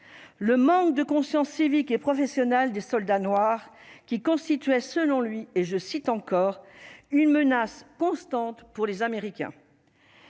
le manque de conscience civique et professionnelle soldats noirs qui constituait, selon lui, et je cite encore une menace constante pour les Américains,